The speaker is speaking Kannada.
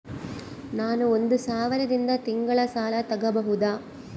ನಾನು ಒಂದು ಸಾವಿರದಿಂದ ತಿಂಗಳ ಸಾಲ ತಗಬಹುದಾ?